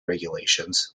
regulations